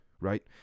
right